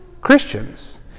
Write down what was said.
Christians